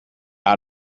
out